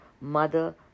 mother